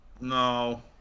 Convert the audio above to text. No